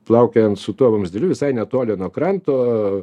plaukiojant su tuo vamzdeliu visai netoli nuo kranto